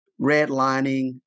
redlining